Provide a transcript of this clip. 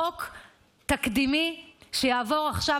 זה חוק תקדימי שיעבור עכשיו,